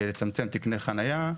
לצמצם תקני חנייה.